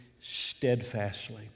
steadfastly